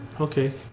Okay